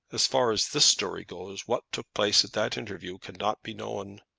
as far as this story goes, what took place at that interview cannot be known.